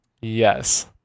Yes